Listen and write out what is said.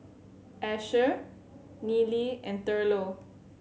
Asher Nealie and Thurlow